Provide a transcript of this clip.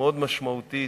מאוד משמעותית.